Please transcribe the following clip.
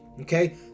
Okay